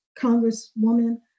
congresswoman